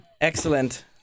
Excellent